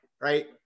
Right